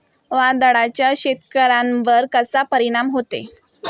वादळाचा शेतकऱ्यांवर कसा परिणाम होतो?